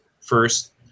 first